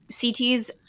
CT's